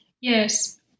Yes